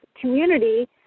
community